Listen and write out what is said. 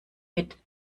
mit